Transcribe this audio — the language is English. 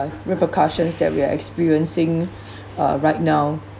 repercussions that we are experiencing uh right now